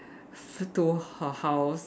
f~ to her house